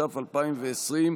התש"ף 2020,